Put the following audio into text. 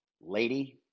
Lady